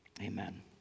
amen